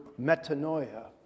metanoia